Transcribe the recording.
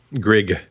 Grig